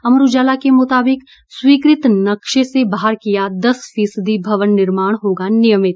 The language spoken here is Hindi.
अमर उजाला के मुताबिक स्वीकृत नक्शे से बाहर किया दस फीसदी भवन निर्माण होगा नियमित